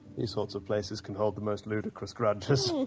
these sorts of places can hold the most ludicrous grudges.